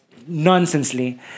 nonsensely